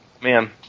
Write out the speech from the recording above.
Man